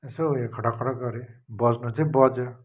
यसो उयो खटक् खटक् गरेँ बज्नु चाहिँ बज्यो